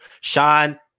Sean